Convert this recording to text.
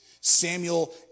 Samuel